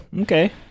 Okay